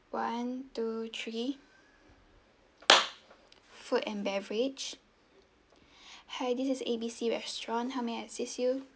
one two three food and beverage hi this is A B C restaurant how may I assist you